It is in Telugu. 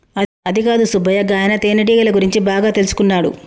అదికాదు సుబ్బయ్య గాయన తేనెటీగల గురించి బాగా తెల్సుకున్నాడు